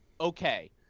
okay